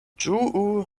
ĝuu